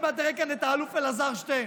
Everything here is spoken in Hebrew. אגב, עוד מעט נראה כאן את האלוף אלעזר שטרן.